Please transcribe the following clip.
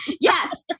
yes